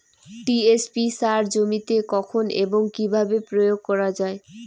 TSP সার জমিতে কখন এবং কিভাবে প্রয়োগ করা য়ায়?